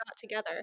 together